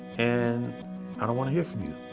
and i don't want to hear from you.